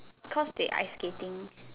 cause they ice skating